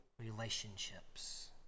relationships